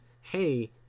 hey